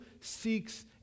seeks